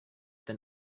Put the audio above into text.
than